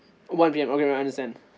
one P_M okay I understand